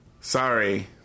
sorry